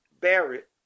barrett